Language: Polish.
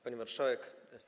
Pani Marszałek!